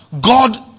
God